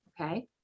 Okay